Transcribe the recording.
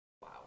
Wow